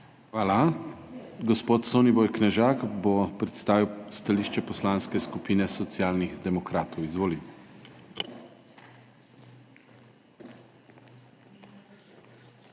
Hvala. Gospod Soniboj Knežak bo predstavil stališče Poslanske skupine Socialnih demokratov. Izvoli.